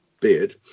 beard